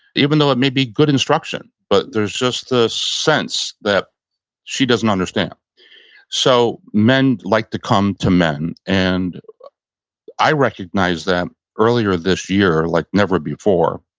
even though it may be good instruction. but there's just the sense that she doesn't understand so men like to come to men and i recognized that earlier this year like never before.